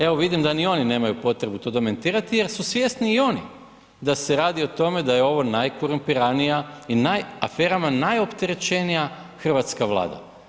Evo, vidim da ni oni nemaju potrebu to demantirati jer su svjesni i oni da se radi o tome da je ovo najkorupiranija i aferama najopterećenija hrvatska Vlada.